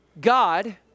God